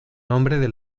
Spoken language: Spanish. nombre